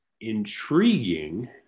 intriguing